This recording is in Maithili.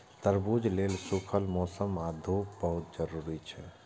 तरबूज लेल सूखल मौसम आ धूप बहुत जरूरी छै